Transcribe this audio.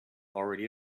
already